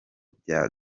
bya